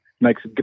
makes